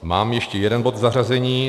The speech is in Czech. Mám ještě jeden bod k zařazení.